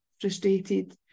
frustrated